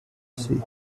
see